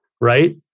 right